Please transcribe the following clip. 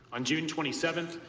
on june twenty seven,